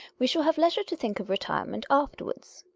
we shall have leisure to think of retirement afterwards.